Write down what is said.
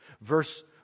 Verse